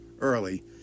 early